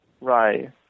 Right